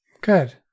Good